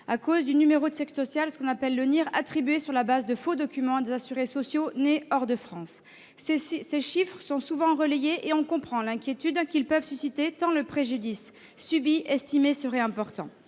à cause d'un numéro de sécurité sociale, le NIR, attribué sur le fondement de faux documents à des assurés sociaux nés hors de France. Ces chiffres sont souvent relayés, et l'on comprend l'inquiétude qu'ils peuvent susciter, tant le préjudice subi serait important.